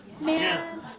Man